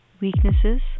Weaknesses